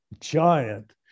giant